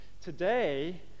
Today